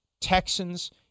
Texans